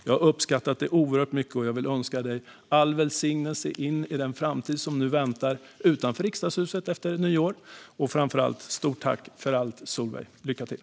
Jag har uppskattat det oerhört mycket och vill önska dig all välsignelse i den framtid som nu väntar utanför riksdagshuset efter nyår. Framför allt - stort tack för allt, Solveig! Lycka till!